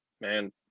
man